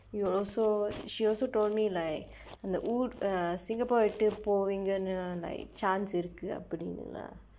you will also she also told me like இந்த ஊர்:indtha uur uh Singapore விட்டு போவீங்கள்னு:vitdu pooviingkalnu chance இருக்கு அப்பிடினு:irukku appidinu lah